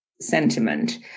sentiment